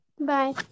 Bye